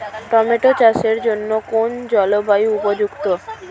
Tomato চাষের জন্য কোন জলবায়ু উপযুক্ত?